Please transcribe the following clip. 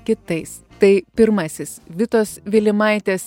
kitais tai pirmasis vitos vilimaitės